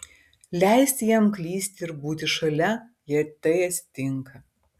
leisti jam klysti ir būti šalia jei tai atsitinka